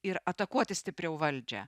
ir atakuoti stipriau valdžią